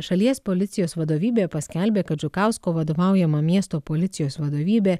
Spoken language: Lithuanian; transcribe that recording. šalies policijos vadovybė paskelbė kad žukausko vadovaujama miesto policijos vadovybė